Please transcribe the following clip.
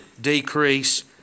decrease